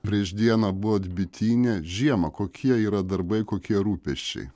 prieš dieną buvot bityne žiemą kokie yra darbai kokie rūpesčiai